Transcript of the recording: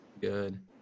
good